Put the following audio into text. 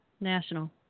National